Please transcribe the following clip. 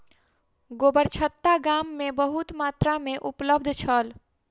गोबरछत्ता गाम में बहुत मात्रा में उपलब्ध छल